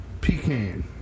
Pecan